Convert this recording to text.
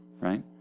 right